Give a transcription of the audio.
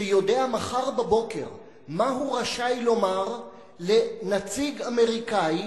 שיודע מחר בבוקר מה הוא רשאי לומר לנציג אמריקני,